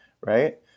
Right